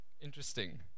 interesting